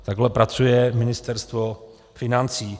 Takhle pracuje Ministerstvo financí.